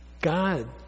God